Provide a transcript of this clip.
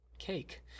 cake